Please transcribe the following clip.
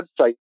website